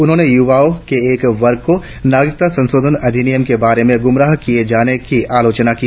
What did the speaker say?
उन्होंने युवाओं के एक वर्ग को नागरिकता संशोधन अधिनियम के बारे में गुमराह किये जाने की आलोचना की